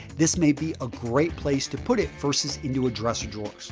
this may be a great place to put it versus into a dresser drawer.